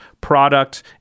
product